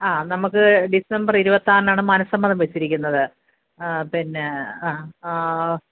നമുക്ക് ഡിസംബർ ഇരുപത്തിയാറിന് മനസ്സമ്മതം വെച്ചിരിക്കുന്നത് പിന്നെ